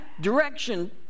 direction